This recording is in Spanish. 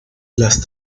las